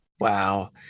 Wow